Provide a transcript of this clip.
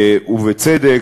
ובצדק.